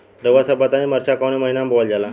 रउआ सभ बताई मरचा कवने महीना में बोवल जाला?